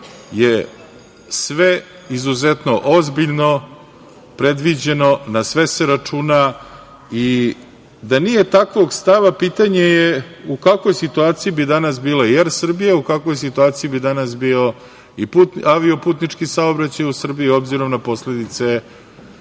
je sve izuzetno ozbiljno predviđeno, na sve se računa. Da nije takvog stava, pitanje je u kakvoj situaciji bi danas bila „Er Srbija“, u kakvoj situaciji bi danas bio avio putnički saobraćaj u Srbiji, obzirom na posledice